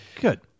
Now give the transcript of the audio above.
Good